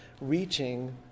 reaching